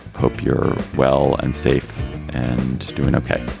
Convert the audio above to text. hope you're well and safe and doing ok